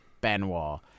Benoit